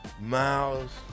miles